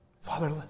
Father